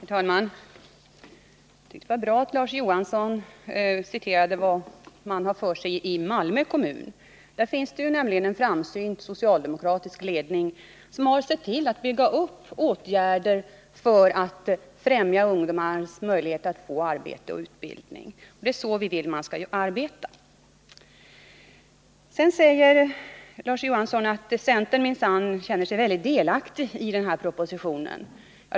Herr talman! Det var bra att Larz Johansson refererade vad man har för sig i Malmö kommun. Där finns nämligen en framsynt socialdemokratisk ledning som har sett till att bygga upp åtgärder för att främja ungdomarnas möjlighet att få arbete och utbildning. Det är så vi vill att man skall arbeta. Sedan säger Larz Johansson att centern minsann känner sig delaktig i den här propositionen.